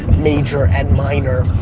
major and minor,